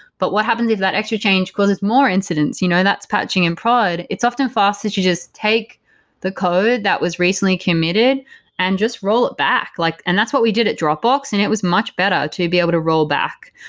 but what happens if that extra change causes more incidents? you know that's patching in prod. it's often fast if you just take the code that was recently committed and just roll it back. like and that's what we did at dropbox and it was much better to be able to roll back.